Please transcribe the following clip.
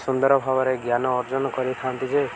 ସୁନ୍ଦର ଭାବରେ ଜ୍ଞାନ ଅର୍ଜନ କରିଥାନ୍ତି ଯେ